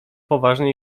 poważnie